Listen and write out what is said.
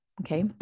okay